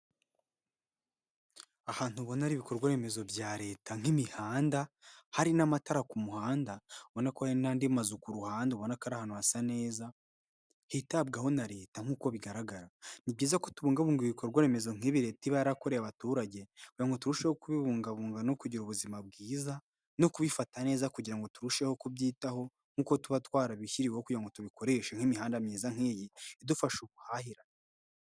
Ahantu ubona ari ibikorwa remezo bya Leta nk'imihanda hari n'amatara ku muhanda ubonako hari n'andi mazu ku ruhande ubona aka ari ahantu hasa neza hitabwaho na Leta nk'uko bigaragara, ni byiza kubungabunga ibikorwa remezo nk'ibi Leta iba yarakoreye abaturage kugira ngo turusheho kubibungabunga no kugira ubuzima bwiza no kubifata neza kugira turusheho kubyitaho nkuko tuba twarabishyiriweho kugira ngo tubikoreshe nk'imihanda myiza nk'iyi idufasha ubuhahira.